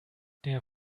der